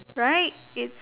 right it's